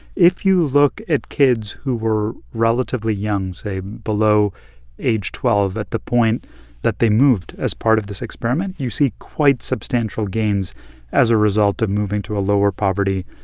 if you look at kids who were relatively young say, below age twelve at the point that they moved as part of this experiment you see quite substantial gains as a result of moving to a lower-poverty,